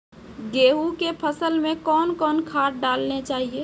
गेहूँ के फसल मे कौन कौन खाद डालने चाहिए?